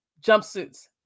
jumpsuits